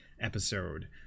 episode